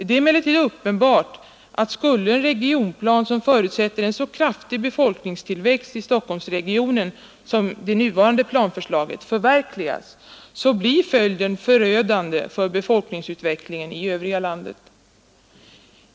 Det är emellertid uppenbart, att skulle en regionplan som förutsätter en så kraftig befolkningstillväxt i Stockholmsregionen som det nuvarande planförslaget förverkligas, så blir följden förödande för befolkningsutvecklingen i övriga landet.